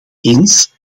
eens